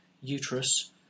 uterus